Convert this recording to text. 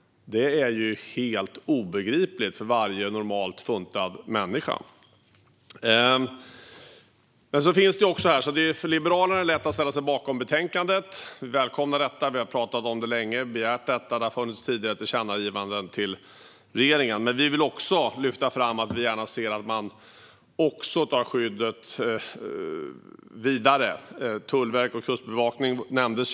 Det är helt obegripligt för varje normalt funtad människa. För Liberalerna är det lätt att ställa sig bakom betänkandet. Vi välkomnar detta, vi har pratat om det länge och begärt det. Det har funnits tidigare tillkännagivanden till regeringen, men vi vill lyfta fram att vi gärna ser att man också tar skyddet vidare. Tullverk och kustbevakning nämndes.